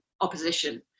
opposition